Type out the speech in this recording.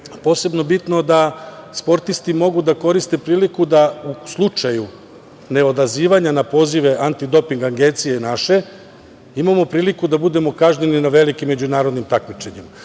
posebno bitno da sportisti mogu da koriste priliku da u slučaju neodazivanja na pozive Antidoping agencije naše imamo priliku da budemo kažnjeni na velikim međunarodnim takmičenjima,